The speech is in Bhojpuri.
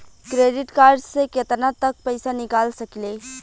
क्रेडिट कार्ड से केतना तक पइसा निकाल सकिले?